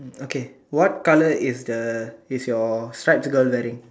okay what colour is the is your stripes girl wearing